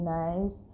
nice